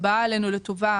הבאה עלינו לטובה,